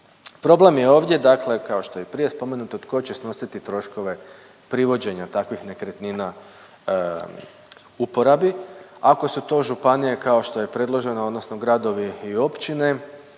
Problem je ovdje dakle kao što je i prije spomenuto tko će snositi troškove privođenja takvih nekretnina uporabi, ako su to županije kao što je predloženo odnosno gradovi i općine